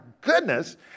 goodness